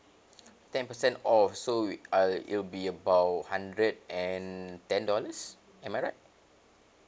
ten percent off so wi~ uh it will be about hundred and ten dollars am I right